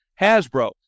Hasbro